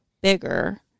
bigger